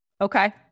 Okay